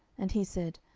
and he said,